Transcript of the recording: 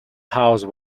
house